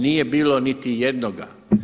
Nije bilo niti jednoga.